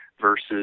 versus